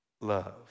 love